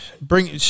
bring